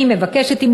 אני מבקשת,